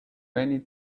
many